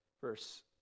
Verse